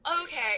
Okay